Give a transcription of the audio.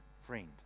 Friend